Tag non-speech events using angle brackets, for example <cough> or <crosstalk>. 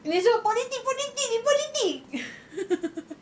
ni semua politic politic ni politic <laughs>